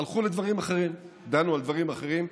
הלכו על דברים אחרים, דנו על דברים אחרים.